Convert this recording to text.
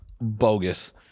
bogus